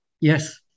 Yes